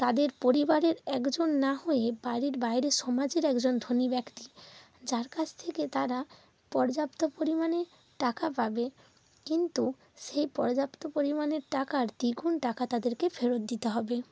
তাদের পরিবারের একজন না হয়ে বাড়ির বাইরের সমাজের একজন ধনী ব্যক্তি যার কাছ থেকে তারা পর্যাপ্ত পরিমাণে টাকা পাবে কিন্তু সেই পর্যাপ্ত পরিমাণে টাকার দ্বিগুণ টাকা তাদেরকে ফেরত দিতে হবে